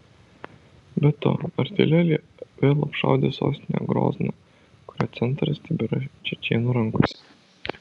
be to artilerija vėl apšaudė sostinę grozną kurio centras tebėra čečėnų rankose